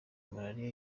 malaria